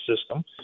system